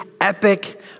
epic